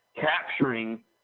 capturing